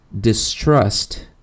distrust